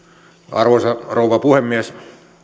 arvoisa rouva puhemies